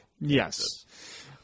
Yes